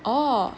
orh